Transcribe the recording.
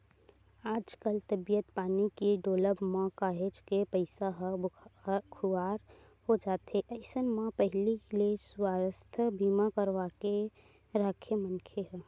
आजकल तबीयत पानी के डोलब म काहेच के पइसा ह खुवार हो जाथे अइसन म पहिली ले सुवास्थ बीमा करवाके के राखे मनखे ह